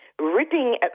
ripping